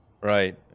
Right